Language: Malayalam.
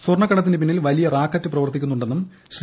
സ്വർണ്ണക്കട്ടത്തിന് പിന്നിൽ വലിയ റാക്കറ്റ് പ്രവർത്തിക്കുന്നുണ്ടെന്നും ശ്രീ